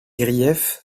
griefs